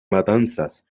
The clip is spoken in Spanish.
matanzas